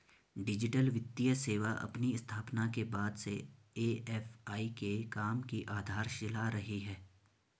digital वित्तीय सेवा अपनी स्थापना के बाद से ए.एफ.आई के काम की आधारशिला रही है